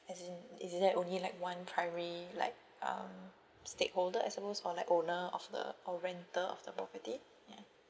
as in is it only like one priory like um state holder I suppose or like owner of the or rental of the property ya